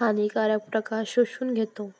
हानिकारक प्रकाश शोषून घेतो